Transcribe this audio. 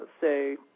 say